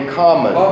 common